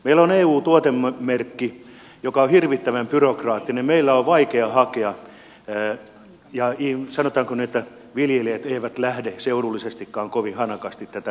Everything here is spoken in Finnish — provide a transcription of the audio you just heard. meillä eu tuotemerkki joka on hirvittävän byrokraattinen jota on vaikea hakea ja sanotaanko näin että viljelijät eivät lähde seudullisestikaan kovin hanakasti tätä tuotemerkkiä hakemaan